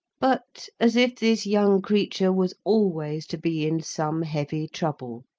but, as if this young creature was always to be in some heavy trouble,